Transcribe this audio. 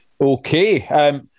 Okay